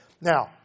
Now